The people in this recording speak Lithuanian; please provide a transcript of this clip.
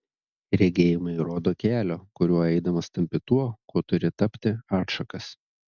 regėjimai rodo kelio kuriuo eidamas tampi tuo kuo turi tapti atšakas